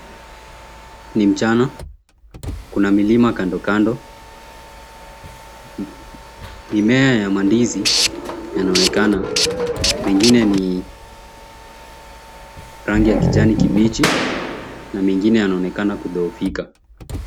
Ni mchana, kuna milima kando kando. Mimea ya mandizi inaonekana mengine ni rangi ya kijani kibichi na mengine yanaonekana kudhohofika.